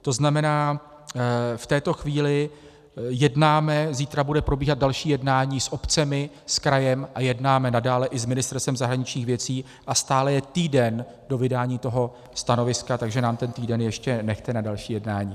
To znamená, že v této chvíli jednáme, zítra bude probíhat další jednání s obcemi, s krajem, a jednáme i nadále s Ministerstvem zahraničních věcí a stále je týden do vydání stanoviska, takže nám ten týden ještě nechte na další jednání.